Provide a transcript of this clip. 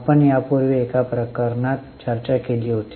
आपण यापूर्वी एका प्रकरणात चर्चा केली होती